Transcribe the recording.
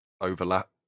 overlap